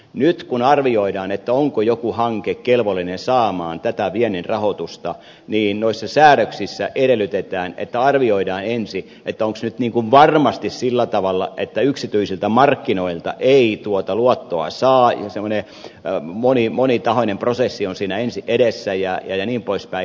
nyt kun arvioidaan onko joku hanke kelvollinen saamaan tätä viennin rahoitusta niin noissa säädöksissä edellytetään että arvioidaan ensin onko nyt varmasti sillä tavalla että yksityisiltä markkinoilta ei tuota luottoa saa ja semmoinen monitahoinen prosessi on siinä ensin edessä jnp